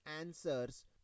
answers